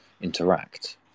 interact